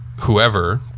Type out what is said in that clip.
whoever